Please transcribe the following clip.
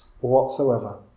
whatsoever